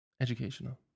Educational